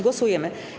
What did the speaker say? Głosujemy.